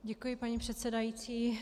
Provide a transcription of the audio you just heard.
Děkuji, paní předsedající.